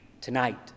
Tonight